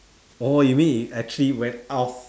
orh you mean it actually went off